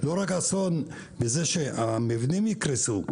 לא רק אסון בזה שהמבנים יקרסו.